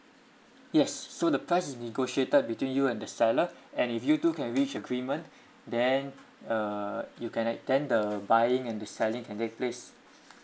yes so the price is negotiated between you and the seller and if you two can reach agreement then uh you can ac~ then the buying and the selling can take place